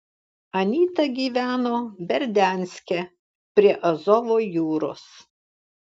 anyta gyveno berdianske prie azovo jūros